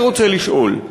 אני רוצה לשאול: